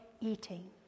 eating